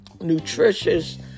nutritious